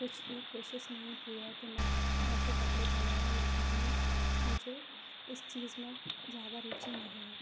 कुछ भी कोशिश नहीं की है कि मैं ऐसे कपड़े बनाऊँ या पहनूँ मुझे इस चीज में ज़्यादा रूचि नहीं हैं